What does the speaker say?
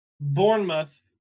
Bournemouth